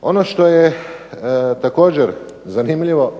Ono što je također zanimljivo,